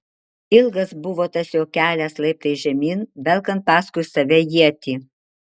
ilgas buvo tas jo kelias laiptais žemyn velkant paskui save ietį